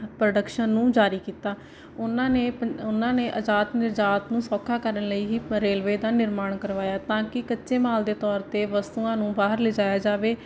production ਨੂੰ ਜਾਰੀ ਕੀਤਾ ਉਹਨਾਂ ਨੇ ਉਹਨਾਂ ਨੇ ਆਜ਼ਾਦ ਨਿਰਜਾਤ ਨੂੰ ਸੌਖਾ ਕਰਨ ਲਈ ਹੀ ਰੇਲਵੇ ਦਾ ਨਿਰਮਾਣ ਕਰਵਾਇਆ ਤਾਂ ਕਿ ਕੱਚੇ ਮਾਲ ਦੇ ਤੌਰ 'ਤੇ ਵਸਤੂਆਂ ਨੂੰ ਬਾਹਰ ਲਿਜਾਇਆ ਜਾਵੇ